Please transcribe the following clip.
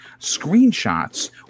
screenshots